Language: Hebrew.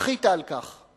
מחית על כך.